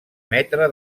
metre